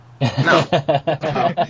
No